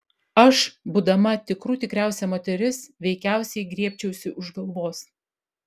aš būdama tikrų tikriausia moteris veikiausiai griebčiausi už galvos